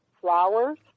flowers